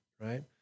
right